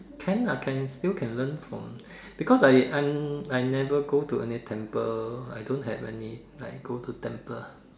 can ah still can learn from because I I never go to any temple I don't have any like go to temple